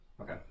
Okay